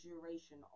duration